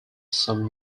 some